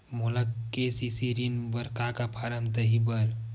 मोला के.सी.सी ऋण बर का का फारम दही बर?